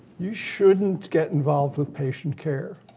you shouldn't get involved with patient care,